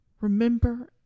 remember